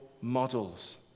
models